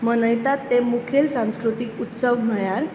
मनयतात ते मुखेल संस्कृतीक उत्सव म्हळ्यार